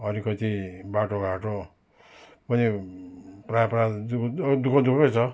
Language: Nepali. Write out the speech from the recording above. अलिकति बाटो घाटो पनि प्रायः प्रायः त दुःख अलिक दुःख दुःखै छ